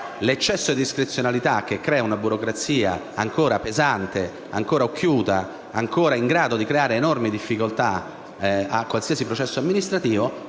L'eccesso di discrezionalità, che crea una burocrazia ancora pesante, ancora occhiuta, ancora in grado di creare enormi difficoltà a qualsiasi processo amministrativo: